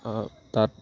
তাত